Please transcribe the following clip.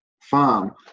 farm